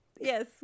yes